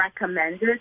recommended